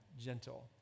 gentle